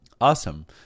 awesome